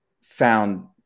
found